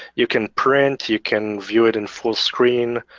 you can print, you can view it in full screen.